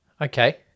okay